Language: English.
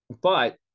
But-